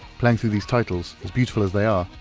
playing through these titles, as beautiful as they are,